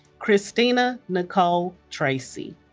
kristina nicole tracy